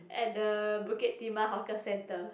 at the Bukit Timah hawker center